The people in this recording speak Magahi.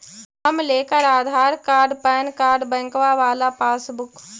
हम लेकर आधार कार्ड पैन कार्ड बैंकवा वाला पासबुक?